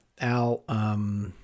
Al